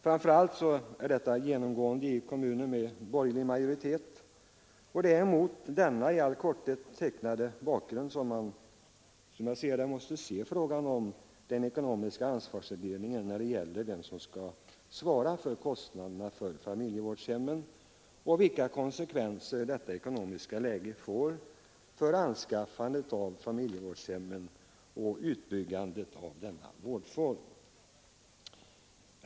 Framför allt är detta genomgående i kommuner med borgerlig majoritet. Det är mot denna i all korthet tecknade bakgrund som man måste se frågan om den ekonomiska ansvarsfördelningen när det gäller vem som skall svara för kostnaderna för familjevårdshemmen och vilka konsekvenser detta ekonomiska läge får för anskaffandet av familjevårdshemmen och utbyggandet av denna vårdform.